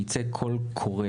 יֵצֵא קול קורא